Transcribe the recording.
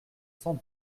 cent